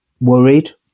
worried